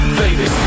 baby